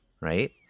right